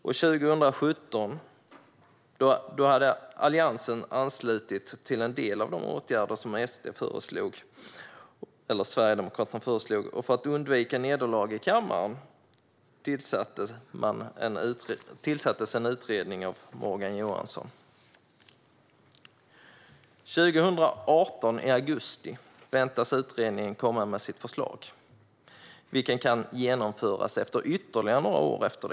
År 2017 hade Alliansen anslutit till en del av de åtgärder som Sverigedemokraterna föreslog, och för att undvika nederlag i kammaren tillsattes en utredning av Morgan Johansson. I augusti 2018 väntas utredningen komma med sitt förslag, som kan genomföras några år därefter.